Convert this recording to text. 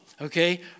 Okay